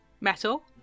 Metal